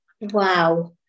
Wow